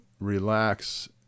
relax